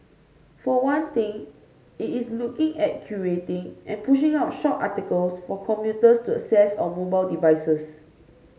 for one thing it is looking at curating and pushing out short articles for commuters to access on mobile devices